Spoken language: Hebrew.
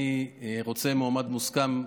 אני רוצה מועמד מוסכם,